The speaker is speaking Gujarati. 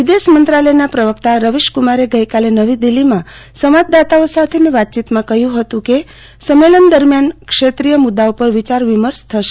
વિદેશ મંત્રાલયના પ્રવક્તા રવીશ્કમારે ગઈકાલે નવી દિલ્હીમાં સંવાદદાતાઓ સાથેની વાતચીતમાં કહ્યું હતું કે સંમેલન દરમિયાન ક્ષેત્રીય મુદ્દાઓ પર વિચાર વિમર્શ થશે